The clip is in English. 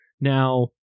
now